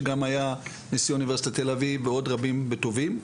שגם היה נשיא אוניברסיטת תל אביב ועוד רבים וטובים.